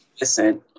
Listen